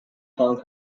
hong